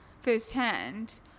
firsthand